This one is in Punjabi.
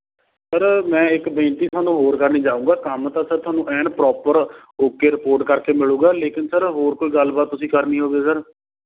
ਸਰ ਮੈਂ ਇੱਕ ਬੇਨਤੀ ਤੁਹਾਨੂੰ ਹੋਰ ਕਰਨੀ ਚਾਹੁੰਦਾ ਕੰਮ ਤਾਂ ਸਰ ਤੁਹਾਨੂੰ ਐਨ ਪ੍ਰੋਪਰ ਓਕੇ ਰਿਪੋਰਟ ਕਰਕੇ ਮਿਲੇਗਾ ਲੇਕਿਨ ਸਰ ਹੋਰ ਕੋਈ ਗੱਲਬਾਤ ਤੁਸੀਂ ਕਰਨੀ ਹੋਵੇ ਸਰ